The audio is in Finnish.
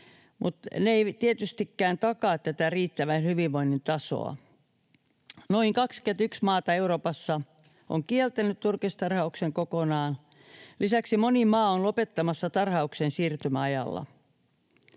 takaa tätä riittävän hyvinvoinnin tasoa. Noin 21 maata Euroopassa on kieltänyt turkistarhauksen kokonaan. Lisäksi moni maa on lopettamassa tarhauksen siirtymäajalla.